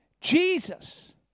Jesus